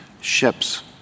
ships